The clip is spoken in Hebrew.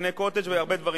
לפני "קוטג'" ועוד הרבה דברים,